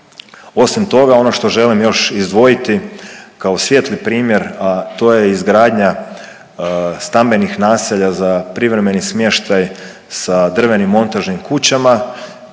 Osim toga ono što želim još izdvojiti kao svijetli primjer, a to je izgradnja stambenih naselja za privremeni smještaj sa drvenim montažnim kućama.